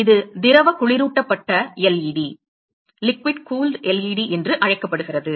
இது திரவ குளிரூட்டப்பட்ட LED என்று அழைக்கப்படுகிறது